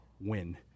win